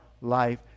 life